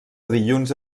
dilluns